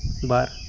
ᱵᱟᱨ